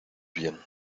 bien